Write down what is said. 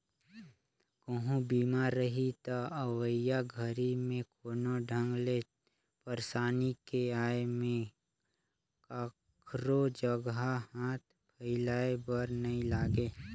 कहूँ बीमा रही त अवइया घरी मे कोनो ढंग ले परसानी के आये में काखरो जघा हाथ फइलाये बर नइ लागे